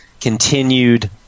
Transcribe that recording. continued